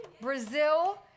Brazil